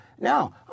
now